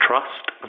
Trust